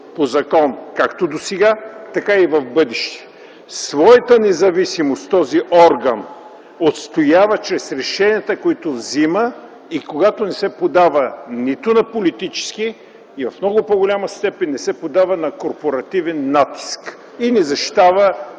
по закон както досега, така и в бъдеще. Този орган отстоява своята независимост чрез решенията, които взима и когато не се поддава нито на политически, и в много по-голяма степен не се поддава на корпоративен натиск и не защитава